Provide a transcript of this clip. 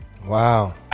Wow